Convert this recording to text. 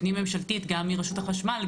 החשמל,